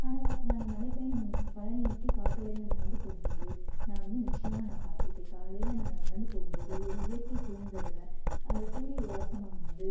ஆனால் நாங்கள் நடைபயணம் பழனிக்கு காட்டு வழியில நடந்து போகும் போது நான் வந்து நிச்சயமாக நான் பார்த்துருக்கேன் காலையில நாங்கள் நடந்து போகும் போது ஒரு இயற்கை சூழ்ந்துள்ள அந்த சூரிய அஸ்தமனம் வந்து